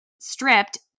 stripped